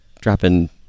dropping